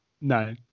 no